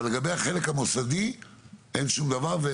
אבל לגבי החלק המוסדי אין שום דבר.